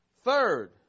Third